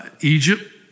Egypt